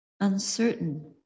uncertain